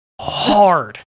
hard